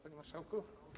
Panie Marszałku!